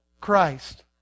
Christ